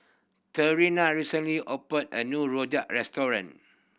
Trina recently opened a new rojak restaurant